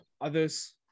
others